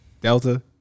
Delta